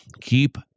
Keep